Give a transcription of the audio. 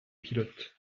pilote